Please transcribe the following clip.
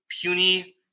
puny